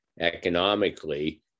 economically